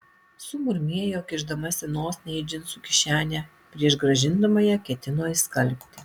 sumurmėjo kišdamasi nosinę į džinsų kišenę prieš grąžindama ją ketino išskalbti